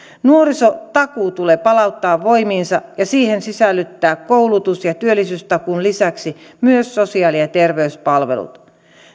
nuorisotakuu tulee palauttaa voimiinsa ja siihen sisällyttää koulutus ja työllisyystakuun lisäksi myös sosiaali ja terveyspalvelut